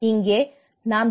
இங்கே நாம் டி